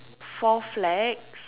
four flags